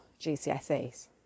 GCSEs